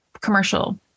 commercial